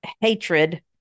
hatred